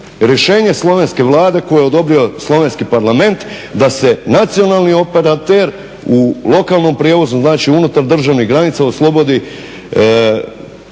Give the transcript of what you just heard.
rješenje slovenske Vlade koju je odobrio Slovenski parlament da se nacionalni operater u lokalnom prijevozu, znači unutar državnih granica oslobodi